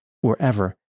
wherever